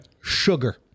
Sugar